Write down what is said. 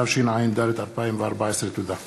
התשע"ד 2014. תודה.